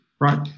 right